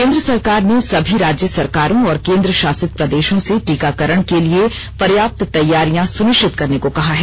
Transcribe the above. केंद्र सरकार ने सभी राज्य सरकारों और केंद्र शासित प्रदेशों से टीकाकरण के लिए पर्याप्त तैयारियां सुनिश्चित करने को कहा है